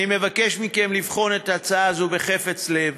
אני מבקש מכם לבחון את ההצעה הזו בחפץ לב,